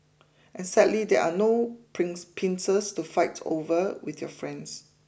and sadly there are no prince pincers to fight over with your friends